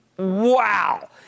Wow